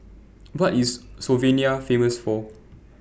What IS Slovenia Famous For